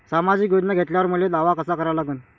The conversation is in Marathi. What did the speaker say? सामाजिक योजना घेतल्यावर मले दावा कसा करा लागन?